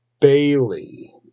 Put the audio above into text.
Bailey